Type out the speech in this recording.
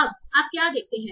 अब आप क्या देखते हैं